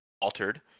altered